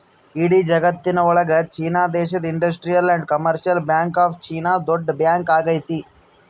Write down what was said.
ಇಡೀ ಜಗತ್ತಿನ ಒಳಗ ಚೀನಾ ದೇಶದ industrial and commercial bank of China ದೊಡ್ಡ ಬ್ಯಾಂಕ್ ಆಗೈತೆ